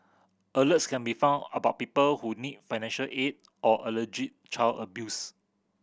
alerts can be about people who need financial aid or allergy child abuse